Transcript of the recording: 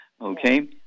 Okay